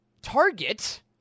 Target